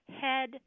head